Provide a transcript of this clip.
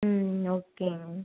ம் ஓகேங்க